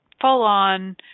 full-on